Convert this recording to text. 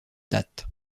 date